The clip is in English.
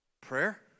Prayer